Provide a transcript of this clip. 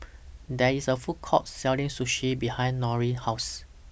There IS A Food Court Selling Sushi behind Norine's House